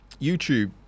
youtube